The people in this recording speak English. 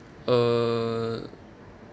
err